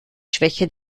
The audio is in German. schwäche